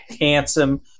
handsome